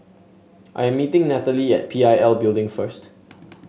I am meeting Nathaly at P I L Building first